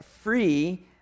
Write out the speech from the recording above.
free